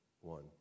one